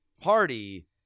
party